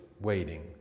waiting